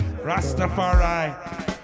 Rastafari